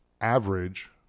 average